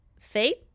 faith